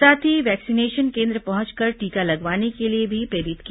साथ ही वैक्सीनेशन केन्द्र पहुंचकर टीका लगवाने के लिए भी प्रेरित किया